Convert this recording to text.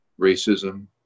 racism